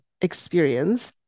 experience